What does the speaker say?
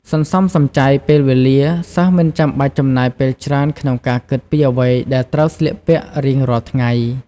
សន្សំសំចៃពេលវេលា សិស្សមិនចាំបាច់ចំណាយពេលច្រើនក្នុងការគិតពីអ្វីដែលត្រូវស្លៀកពាក់រៀងរាល់ថ្ងៃ។